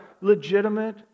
legitimate